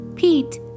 Pete